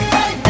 Hey